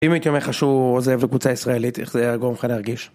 אם הייתי אומר לך שהוא עוזב לקבוצה ישראלית, איך זה היה גורם לך להרגיש?